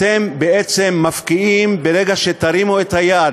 אתם בעצם מפקיעים, ברגע שתרימו את היד